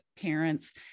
parents